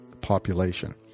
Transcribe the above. population